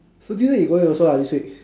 so this one you going also ah this week